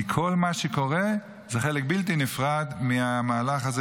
כי כל מה שקורה הוא חלק בלתי נפרד מהמהלך הזה,